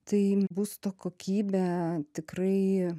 tai būsto kokybė tikrai